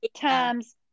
times